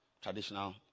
traditional